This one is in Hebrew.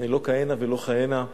לא כהנה ולא כהנה,